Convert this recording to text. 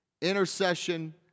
intercession